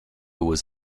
was